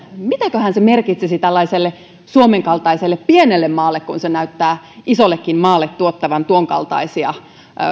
mitäköhän se merkitsisi tällaiselle suomen kaltaiselle pienelle maalle kun se näyttää isollekin maalle tuottavan tuon kaltaisia